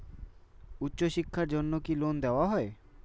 উচ্চশিক্ষার জন্য কি লোন দেওয়া হয়?